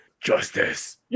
justice